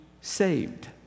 saved